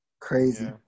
Crazy